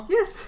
Yes